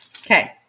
Okay